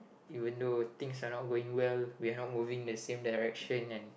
even though things are not going well we are not moving the same direction and